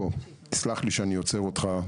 סלח לי שאני עוצר אותך.